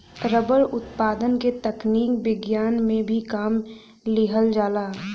rubber उत्पादन क तकनीक विज्ञान में भी काम लिहल जाला